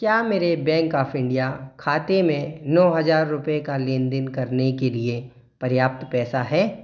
क्या मेरे bank of India खाते में नौ हज़ार रुपये का लेनदेन करने के लिए पर्याप्त पैसा है